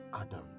Adam